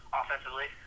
offensively